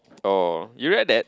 oh you read that